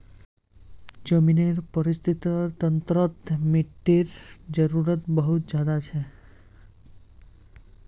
ज़मीनेर परिस्थ्तिर तंत्रोत मिटटीर जरूरत बहुत ज़्यादा छे